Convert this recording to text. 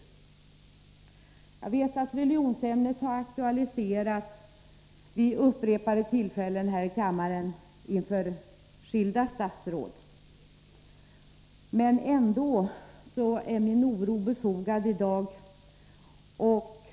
13 Jag vet att religionskunskapsämnet har aktualiserats vid upprepade tillfällen här i kammaren inför skilda statsråd. Ändå är min oro i dag befogad.